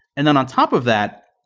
and then on top of that,